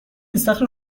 استخر